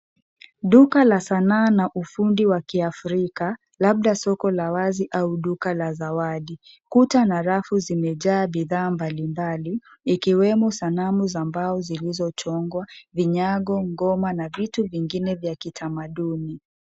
Duka la sanaa na ufundi wa Kiafrika, labda soko la wazi au duka la zawadi. Kuta na rafu zimejaa bidhaa mbalimbali, ikiwemo sanamu za mbao zilizochongwa, vinyago, ngoma na vitu vingine vya kitamaduni.